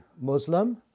Muslim